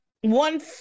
one